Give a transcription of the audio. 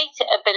ability